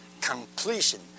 completion